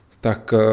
tak